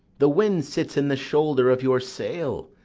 the wind sits in the shoulder of your sail,